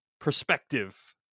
perspective